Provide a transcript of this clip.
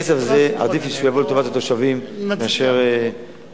עדיף לי שהכסף הזה הוא יבוא לטובת התושבים מאשר לנאמן.